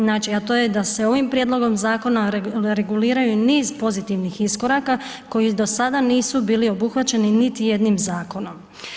Znači a to je da se ovim prijedlogom zakona reguliraju i niz pozitivnih iskoraka koji do sada nisu bili obuhvaćeni niti jednim zakonom.